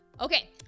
okay